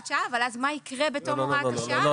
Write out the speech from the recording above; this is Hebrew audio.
שעה אבל אז מה יקרה בתום הוראת השעה?